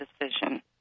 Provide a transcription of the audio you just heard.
decision